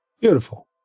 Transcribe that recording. Beautiful